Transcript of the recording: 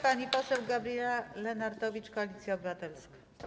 Pani poseł Gabriela Lenartowicz, Koalicja Obywatelska.